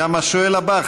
גם השואל הבא,